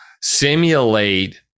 simulate